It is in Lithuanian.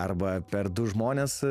arba per du žmonės